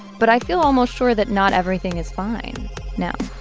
but i feel almost sure that not everything is fine now.